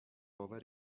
باور